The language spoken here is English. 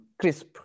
crisp